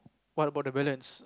what about the balance